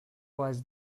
was